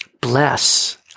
bless